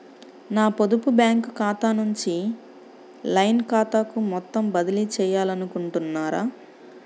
నా పొదుపు బ్యాంకు ఖాతా నుంచి లైన్ ఖాతాకు మొత్తం బదిలీ చేయాలనుకుంటున్నారా?